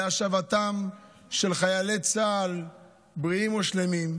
להשבתם של חיילי צה"ל בריאים ושלמים,